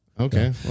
Okay